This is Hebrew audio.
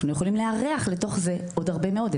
אנחנו יכולים לארח לתוך זה עוד הרבה מאוד,